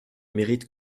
mérite